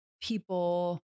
people